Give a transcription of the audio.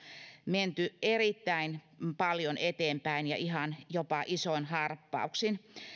menty erittäin paljon eteenpäin ja ihan jopa isoin harppauksin